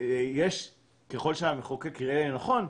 ככל שהמחוקק יראה לנכון,